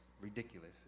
ridiculous